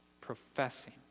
Professing